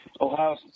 Ohio